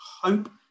Hope